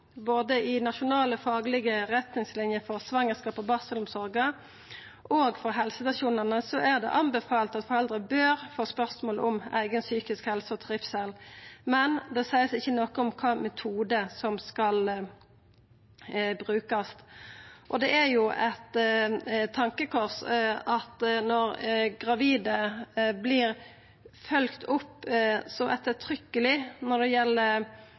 Både i nasjonale faglege retningslinjer for svangerskaps- og barselomsorga og for helsestasjonane er det anbefalt at foreldre bør få spørsmål om eiga psykisk helse og eigen trivsel, men det vert ikkje sagt noko om kva metode som skal brukast. Det er jo eit tankekors at gravide vert følgde opp så ettertrykkjeleg når det gjeld